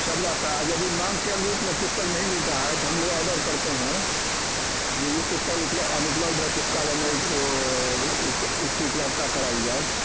सब रहता है यदि माँग के अनुरूप में पुस्तक नहीं मिलता है तो हम लोग ऑर्डर करते हैं ये ये पुस्तक उपलब्ध अनुपलब्ध है पुस्तकालय में उस उसकी उपलब्धता कराइ जाए